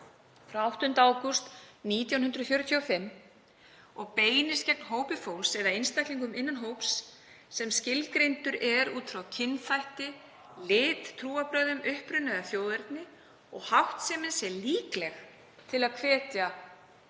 frá 8. ágúst 1945 og beinist gegn hópi fólks eða einstaklingum innan hóps sem skilgreindur er út frá kynþætti, lit, trúarbrögðum, uppruna eða þjóðerni og háttsemi sé líkleg til að hvetja